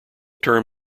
term